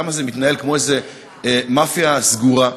למה זה מתנהל כמו איזו מאפיה סגורה,